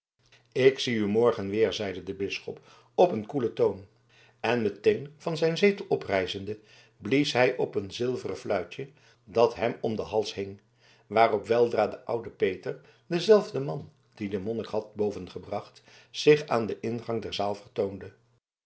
ik zie u morgen weer zeide de bisschop op een koelen toont en meteen van zijn zetel oprijzende blies hij op een zilveren fluitje dat hem om den hals hing waarop weldra de oude peter dezelfde man die den monnik had bovengebracht zich aan den ingang der zaal